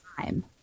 time